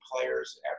players